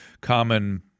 common